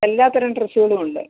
എല്ലാ തരം ഡ്രസ്സുകളും ഉണ്ട്